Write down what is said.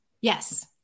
Yes